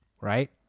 Right